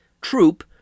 troop